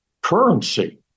currency